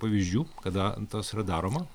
pavyzdžių kada tas yra daroma